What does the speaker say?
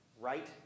Right